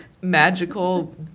magical